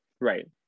Right